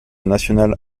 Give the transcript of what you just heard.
national